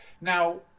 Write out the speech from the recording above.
Now